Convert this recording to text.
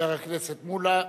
חבר הכנסת מולה.